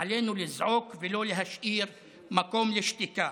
עלינו לזעוק ולא להשאיר מקום לשתיקה.